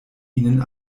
ihnen